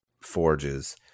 forges